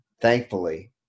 thankfully